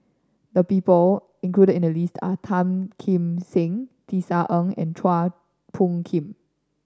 the people included in the list are Tan Kim Seng Tisa Ng and Chua Phung Kim